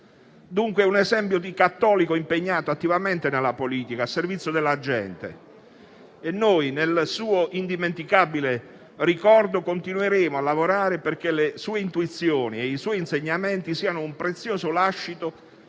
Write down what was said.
Dunque, è un esempio di cattolico impegnato attivamente nella politica a servizio della gente. Nel suo indimenticabile ricordo, continueremo a lavorare perché le sue intuizioni e i suoi insegnamenti siano un prezioso lascito